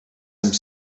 some